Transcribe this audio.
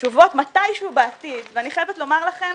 התשובות מתישהו בעתיד ואני חייבת לומר לכם,